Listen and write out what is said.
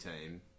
team